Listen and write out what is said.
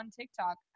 tiktok